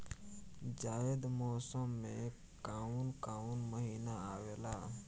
जायद मौसम में काउन काउन महीना आवेला?